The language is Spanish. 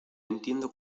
entiendo